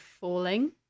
falling